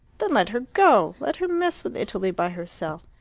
then let her go! let her mess with italy by herself.